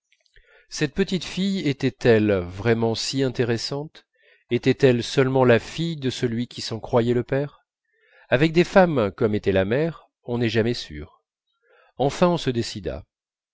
cette petite-fille était-elle vraiment si intéressante était-elle seulement la fille de celui qui s'en croyait le père avec des femmes comme était la mère on n'est jamais sûr enfin on se décida